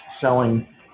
selling